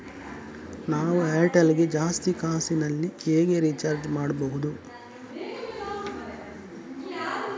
ನಾವು ಏರ್ಟೆಲ್ ಗೆ ಜಾಸ್ತಿ ಕಾಸಿನಲಿ ಹೇಗೆ ರಿಚಾರ್ಜ್ ಮಾಡ್ಬಾಹುದು?